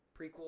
Prequel